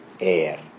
air